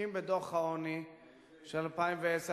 עוסקים בדוח העוני של 2010,